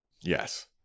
Yes